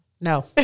no